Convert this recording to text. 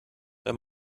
wenn